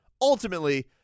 ultimately